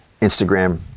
Instagram